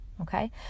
Okay